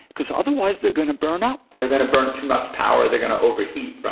because otherwise, they're going to burn up, they're going to burn too much power, they're going to overheat,